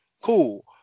Cool